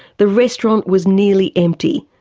the restaurant was nearly empty.